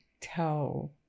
tell